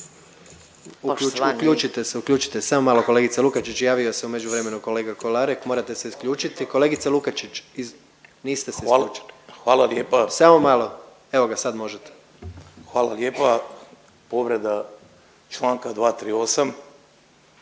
Uključite se, uključite. Samo malo, kolegice Lukačić, javio se u međuvremenu kolega Kolarek, morate se isključiti. Kolegice Lukačić, niste se isključili. .../Upadica: Hvala lijepa./... Samo malo. Evo ga, sad možete. **Kolarek,